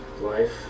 Life